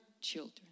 children